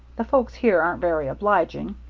the folks here ain't very obliging.